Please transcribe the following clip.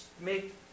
make